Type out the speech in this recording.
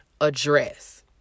address